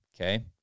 okay